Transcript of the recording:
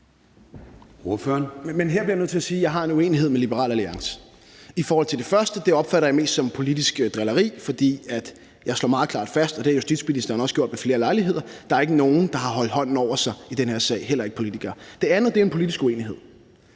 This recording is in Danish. her bliver jeg nødt til at sige, at jeg har en uenighed med Liberal Alliance. Det første opfatter jeg mest som politisk drilleri, for jeg slår meget klart fast, og det har justitsministeren også gjort ved flere lejligheder, at der ikke er nogen, der har hånden holdt over sig i den her sag, heller ikke politikere. Det andet er en politisk uenighed.